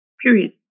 period